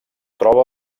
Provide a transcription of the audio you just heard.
troba